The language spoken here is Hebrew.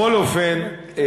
בכל אופן,